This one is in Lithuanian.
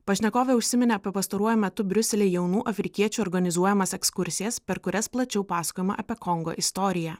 pašnekovė užsiminė apie pastaruoju metu briusely jaunų afrikiečių organizuojamas ekskursijas per kurias plačiau pasakojama apie kongo istoriją